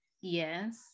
Yes